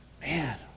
Man